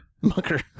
Mucker